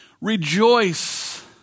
Rejoice